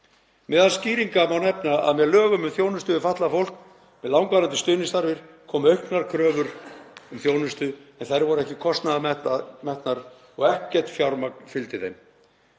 Meðal skýringa má nefna að með lögum um þjónustu við fatlað fólk með langvarandi stuðningsþarfir komu auknar kröfur um þjónustu, en þær voru ekki kostnaðarmetnar og ekkert fjármagn fylgdi þeim.